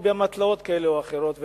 או באמתלות כאלה ואחרות.